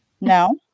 No